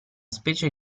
specie